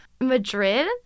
Madrid